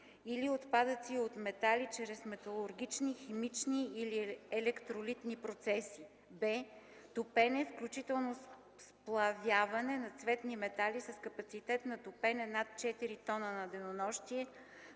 или отпадъци от метали чрез металургични, химични или електролитни процеси; б) топене, включително сплавяване на цветни метали, с капацитет на топене над 4 т на денонощие